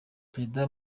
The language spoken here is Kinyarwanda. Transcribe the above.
prezida